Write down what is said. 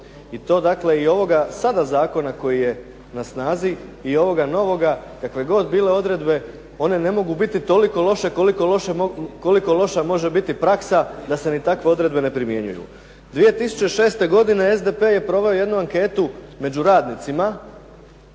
I to dakle i ovoga sada zakona koji je na snazi, i ovoga novoga, kakve god bile odredbe, one ne mogu biti toliko loše koliko loša može biti praksa da se ni takve odredbe ne primjenjuju. 2006. godine SDP je proveo jednu anketu među radnicima,